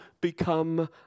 become